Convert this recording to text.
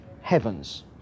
heavens